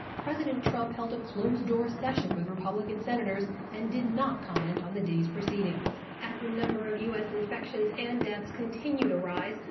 president trump held a closed-door meeting with republican senators and did not comment on the day's proceedings. as the number of u s. infections and deaths continue to rise,